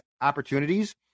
opportunities